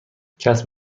کسب